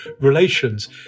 relations